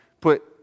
put